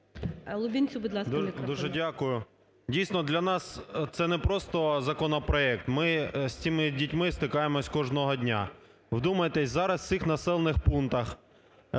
Дуже дякую. Дійсно, для нас це не просто законопроект, ми з цими дітьми стикаємося кожного дня. Вдумайтеся, зараз в цих населених пунктах